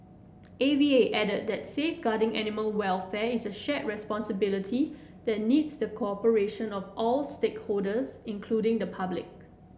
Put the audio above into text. A V A added that safeguarding animal welfare is a shared responsibility that needs the cooperation of all stakeholders including the public